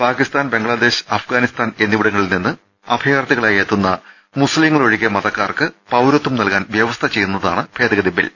പാക്കിസ്ഥാൻ ബംഗ്ലാദേശ് അഫ്ഗാനിസ്ഥാൻ എന്നിവിടങ്ങളിൽ നിന്ന് അഭ യാർത്ഥികളായെത്തുന്ന മുസ്ലിംങ്ങൾ ഒഴികെ മതക്കാർക്ക് പൌര്ത്വം നൽകാൻ വ്യവസ്ഥ ചെയ്യുന്നതാണ് ഭേദഗതി ബിൽ